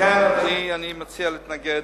לכן, אדוני,